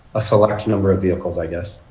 a select number of vehicles i guess?